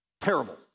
Terrible